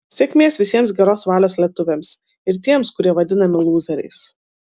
sėkmės visiems geros valios lietuviams ir tiems kurie vadinami lūzeriais